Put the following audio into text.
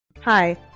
Hi